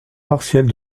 partielle